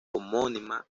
homónima